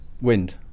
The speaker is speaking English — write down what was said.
Wind